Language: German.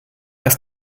ist